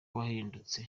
wahindutse